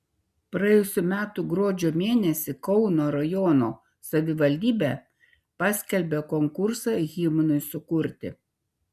praėjusių metų gruodžio mėnesį kauno rajono savivaldybė paskelbė konkursą himnui sukurti